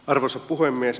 arvoisa puhemies